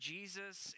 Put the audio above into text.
Jesus